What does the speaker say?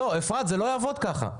זה לא יעבוד ככה.